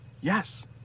Yes